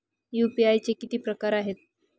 UPI चे किती प्रकार आहेत?